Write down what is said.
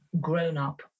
grown-up